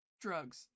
Drugs